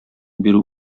бирү